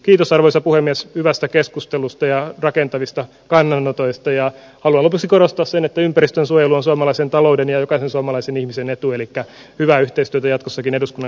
kiitos arvoisa puhemies hyvästä keskustelusta ja rakentavista kannanotoista ja haluan lopuksi korostaa että ympäristönsuojelu on suomalaisen talouden ja jokaisen suomalaisen ihmisen etu elikkä hyvää yhteistyötä jatkossakin eduskunnan kanssa toivoen